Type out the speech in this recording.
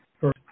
first